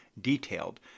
detailed